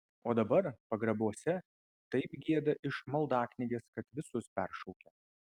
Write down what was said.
o dabar pagrabuose taip gieda iš maldaknygės kad visus peršaukia